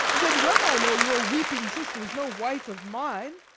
then well i know your weeping sister is no wife of mine,